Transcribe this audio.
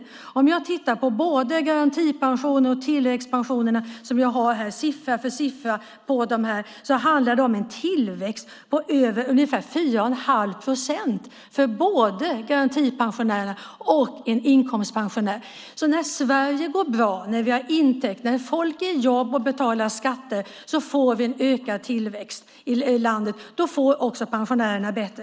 Jag har siffror på både tilläggspensionerna och garantipensionerna. Det handlar om en tillväxt på ungefär 4 1⁄2 procent för både garantipensionärer och inkomstpensionärer. När Sverige går bra, när vi har intäkter, när folk är i jobb och betalar skatter får vi en ökad tillväxt i landet. Då får också pensionärerna det bättre.